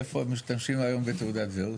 איפה משתמשים היום בתעודת זהות?